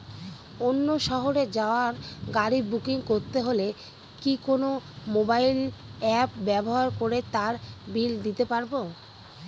অন্য শহরে যাওয়ার গাড়ী বুকিং করতে হলে কি কোনো মোবাইল অ্যাপ ব্যবহার করে তার বিল দিতে পারব?